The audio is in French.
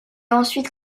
ensuite